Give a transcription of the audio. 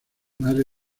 madre